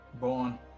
born